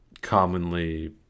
commonly